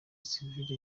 sivile